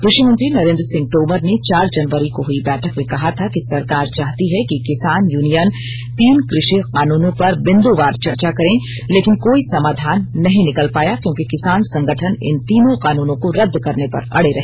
कृषि मंत्री नरेंद्र सिंह तोमर ने चार जनवरी को हई बैठक में कहा था कि सरकार चाहती है कि किसान यूनियन तीन कृषि कानूनों पर बिन्दुवार चर्चा करें लेकिन कोई समाधान नहीं निकल पाया क्योंकि किसान संगठन इन तीनों कानूनों को रद्द करने पर अडे रहे